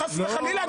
חס וחלילה,